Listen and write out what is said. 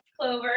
Clover